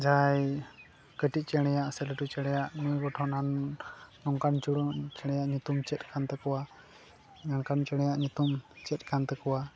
ᱡᱟᱦᱟᱸᱭ ᱠᱟᱹᱴᱤᱡ ᱪᱮᱬᱮᱭᱟᱜ ᱥᱮ ᱞᱟᱹᱴᱩ ᱪᱮᱬᱮᱭᱟᱜ ᱱᱩᱭ ᱜᱚᱴᱚᱱ ᱟᱱ ᱱᱚᱝᱠᱟᱱ ᱪᱩᱲᱩ ᱪᱮᱬᱮᱭᱟᱜ ᱧᱩᱛᱩᱢ ᱪᱮᱫ ᱠᱟᱱ ᱛᱟᱠᱚᱣᱟ ᱱᱚᱝᱠᱟᱱ ᱪᱮᱬᱮᱭᱟᱜ ᱧᱩᱛᱩᱢ ᱪᱮᱫ ᱠᱟᱱ ᱛᱟᱠᱚᱣᱟ